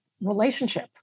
relationship